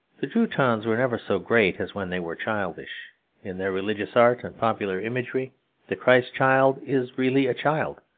the teutons were never so great as when they were childish in their religious art and popular imagery the christ-child is really a child,